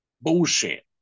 bullshit